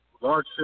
large